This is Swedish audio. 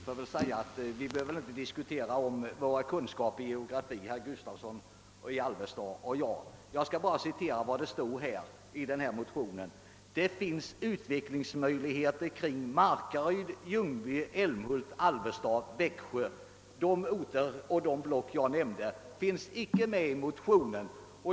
Herr talman! Herr Gustavsson i Alvesta och jag behöver väl inte diskutera våra kunskaper i geografi. Jag vill än en gång citera vad som står i motionen: »Det finns utvecklingsmöjligheter kring Markaryd-Ljungby Älmhult-Alvesta-Växjö.» De orter och de block jag nämnde finns inte angivna i motionen.